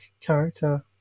character